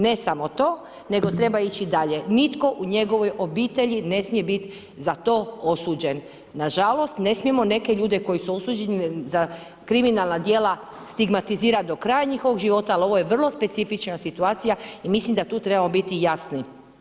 Ne samo to, nego treba ići dalje, nitko u njegovoj obitelji ne smije biti za to osuđen, nažalost, ne smijemo neke ljude, koji su osuđeni za kriminalna djela, stigmatizirati do kraja njihovog života, ali ovo je vrlo specifična situacija i mislim da tu trebamo biti jasni.